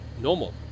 normal